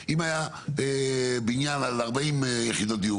אם היה בניין על 40 יחידות דיור,